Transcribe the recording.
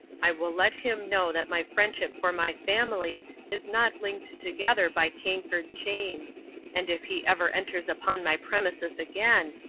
i will let him know that my friendship for my family is not linked together by cankered chains and if he ever enters upon my premises again,